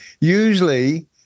usually